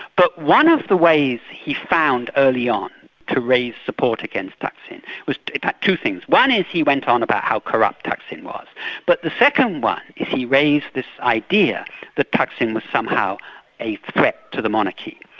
but one of the ways he found early on to raise support against thaksin was two things one is, he went on about how corrupt thaksin was, but the second one he raised this idea that thaksin was somehow a threat to the monarchy.